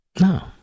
No